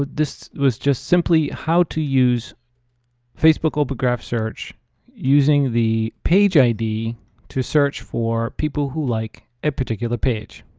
this was just simply how to use facebook open graph search using the page id to search for people who like a particular page.